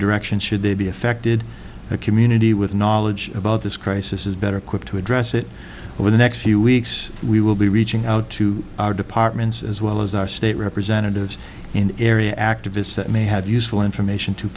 direction should they be affected the community with knowledge about this crisis is better equipped to address it over the next few weeks we will be reaching out to our departments as well as our state representatives and area activists that may have useful information to